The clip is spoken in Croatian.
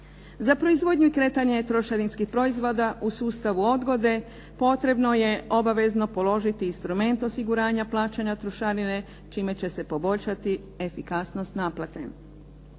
Za proizvodnju i kretanje trošarinskih proizvoda u sustavu odgode potrebno je obavezno položiti instrument osiguranja plaćanja trošarine, čime će se poboljšati efikasnost naplate.